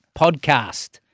Podcast